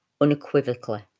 unequivocally